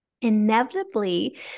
inevitably